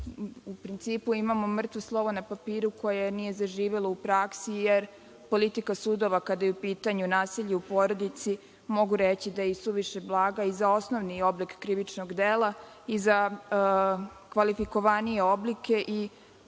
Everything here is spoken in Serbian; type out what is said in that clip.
U principu, imamo mrtvo slovo na papiru koje nije zaživelo u praksi jer politika sudova, kada je u pitanju nasilje u porodici, mogu reći da je isuviše blaga i za osnovni oblik krivičnog dela i za kvalifikovanije oblike.